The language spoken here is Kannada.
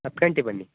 ಹತ್ತು ಗಂಟೆ ಬನ್ನಿ